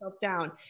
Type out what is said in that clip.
down